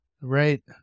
Right